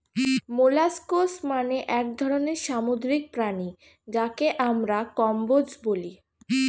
molluscs মানে এক ধরনের সামুদ্রিক প্রাণী যাকে আমরা কম্বোজ বলি